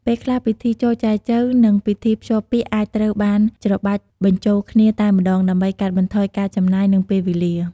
ពេលខ្លះ ពិធីចូលចែចូវ និងពិធីភ្ជាប់ពាក្យអាចត្រូវបាន ច្របាច់បញ្ចូលគ្នា តែម្ដងដើម្បីកាត់បន្ថយការចំណាយ និងពេលវេលា។